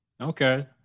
Okay